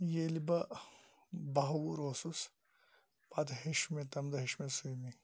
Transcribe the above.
ییٚلہِ بہٕ باہہ وُہُر اوسُس پَتہٕ ہیٚچھ مےٚ تمہِ دوہہ ہیٚچھ مےٚ سوِمٕنٛگ